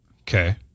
Okay